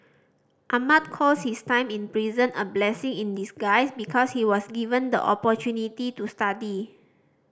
Ahmad calls his time in prison a blessing in disguise because he was given the opportunity to study